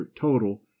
total